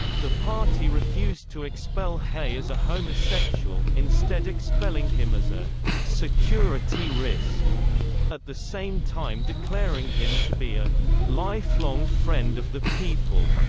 the party refused to expel hay as a homosexual, instead expelling him as a security risk at the same time declaring him to be a lifelong friend of the people.